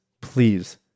please